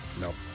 Nope